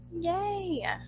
Yay